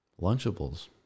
Lunchables